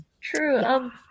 True